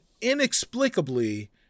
inexplicably